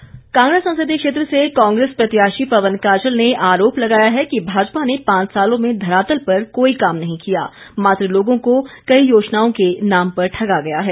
पवन काजल कांगड़ा संसदीय क्षेत्र से कांग्रेस प्रत्याशी पवन काजल ने आरोप लगाया है कि भाजपा ने पांच सालों में धरातल पर कोई काम नहीं किया मात्र लोगों को कई योजनाओं के नाम पर ठगा गया है